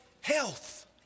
health